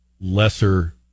lesser